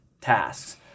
tasks